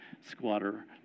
squatter